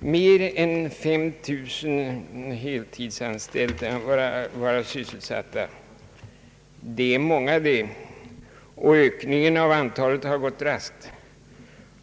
mer än 5 000 heltidsanställda vara sysselsatta i arbetsmarknadsarbete. Ökningen har gått raskt.